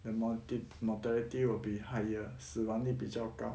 the morti~ mortality will be higher 死亡率比较高